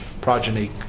progeny